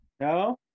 no